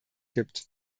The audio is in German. gibt